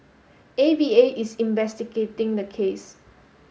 A V A is investigating the case